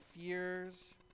fears